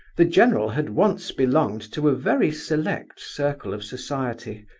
the general had once belonged to a very select circle of society,